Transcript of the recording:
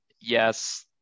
yes